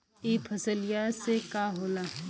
ई फसलिया से का होला?